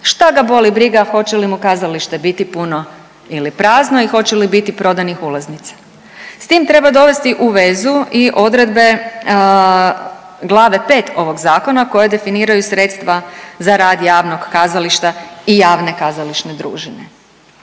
šta ga boli briga hoće li mu kazalište biti puno ili prazno i hoće li biti prodanih ulaznica. S tim treba dovesti u vezu i odredbe Glave 5. ovog zakona koje definiraju sredstva za rad javnog kazališta i javne kazališne družine.